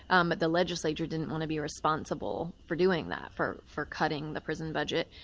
um the legislature didn't want to be responsible for doing that, for for cutting the prison budget,